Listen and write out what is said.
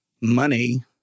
money